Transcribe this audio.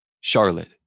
Charlotte